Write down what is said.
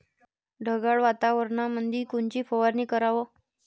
ढगाळ वातावरणामंदी कोनची फवारनी कराव?